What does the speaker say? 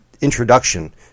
introduction